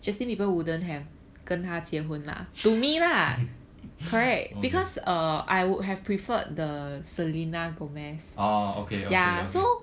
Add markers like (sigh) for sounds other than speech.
(laughs) okay oh okay okay okay